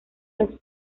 los